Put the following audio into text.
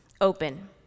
Open